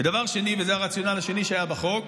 ודבר שני, וזה הרציונל השני שהיה בחוק,